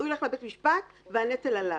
הוא ילך לבית המשפט והנטל עליו.